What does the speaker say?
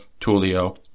Tulio